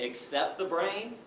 except the brain?